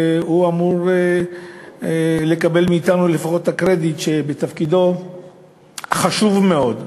והוא אמור לקבל מאתנו לפחות את הקרדיט שבתפקידו החשוב מאוד,